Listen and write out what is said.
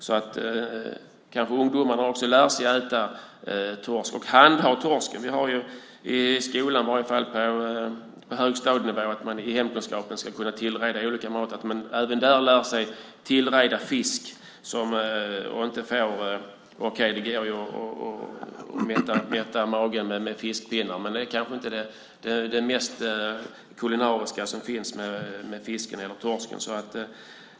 Då kanske ungdomarna lär sig att äta och handha torsk. I skolan, i hemkunskapen på högstadienivå, lär man sig att tillreda olika sorters mat. Även där bör man lära sig att tillreda fisk. Okej - det går att mätta magen med fiskpinnar, men det kanske inte är det mest kulinariska man kan laga av torsk och annan fisk.